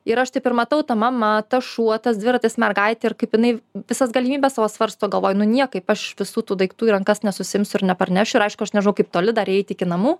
ir aš taip ir matau ta mama tas šuo tas dviratis mergaitė ir kaip jinai visas galimybes savo svarsto galvoja nu niekaip aš visų tų daiktų į rankas nesusiimsiu ir neparnešiu ir aišku aš nežinau kaip toli dar eiti iki namų